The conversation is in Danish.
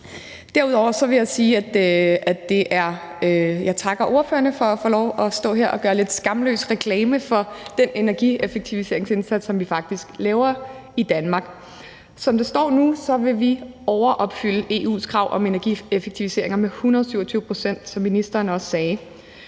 jeg takker ordførerne for at få lov at stå her og gøre lidt skamløs reklame for den energieffektiviseringsindsats, som vi faktisk laver i Danmark. Som det står nu, vil vi overopfylde EU's krav om energieffektiviseringer med 127 pct., som ministeren også sagde,